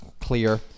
clear